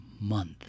month